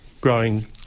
growing